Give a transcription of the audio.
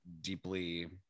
deeply